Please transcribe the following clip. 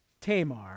Tamar